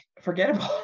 forgettable